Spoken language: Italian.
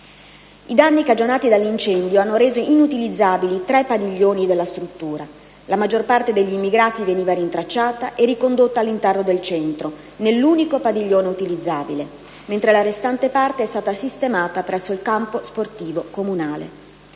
I danni cagionati dall'incendio hanno reso inutilizzabili tre padiglioni della struttura. La maggior parte degli immigrati veniva rintracciata e ricondotta all'interno del centro, nell'unico padiglione utilizzabile, mentre la restante parte è stata sistemata presso il campo sportivo comunale.